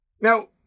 Now